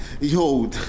Yo